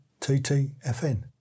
TTFN